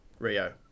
Rio